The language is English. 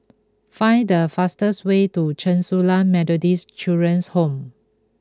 find the fastest way to Chen Su Lan Methodist Children's Home